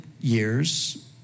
years